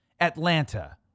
Atlanta